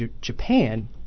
Japan